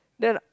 then